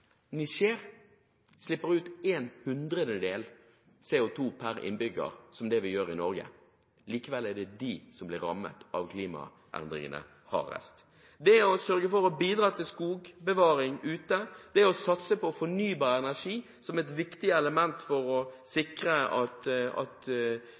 slipper ut en hundrededel CO2 per innbygger av det vi gjør i Norge. Likevel er det dem som blir hardest rammet av klimaendringene. Det å sørge for å bidra til skogbevaring ute, det å satse på fornybar energi som et viktig element for å